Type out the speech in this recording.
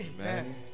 Amen